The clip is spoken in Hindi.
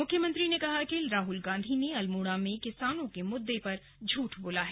मुख्यमंत्री ने कहा कि राहुल गांधी ने अल्मोड़ा में किसानों के मुद्दे पर झूठ बोला है